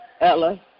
Ella